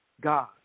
God